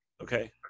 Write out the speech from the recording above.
Okay